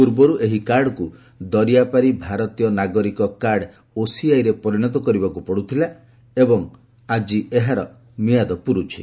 ପୂର୍ବରୁ ଏହି କାର୍ଡକୁ ଦରିଆପାରି ଭାରତୀୟ ନାଗରିକ କାର୍ଡ ଓସିଆଇରେ ପରିଣତ କରିବାକୁ ପଡ଼ୁଥିଲା ଏବଂ ଆଜି ଏହାର ମିଆଦ ପୂରିଯାଉଛି